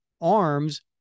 arms